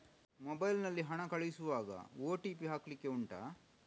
mobile ನಲ್ಲಿ ಹಣ ಕಳಿಸುವಾಗ ಓ.ಟಿ.ಪಿ ಹಾಕ್ಲಿಕ್ಕೆ ಉಂಟಾ